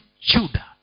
Judah